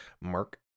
Mark